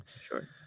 Sure